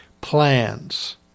plans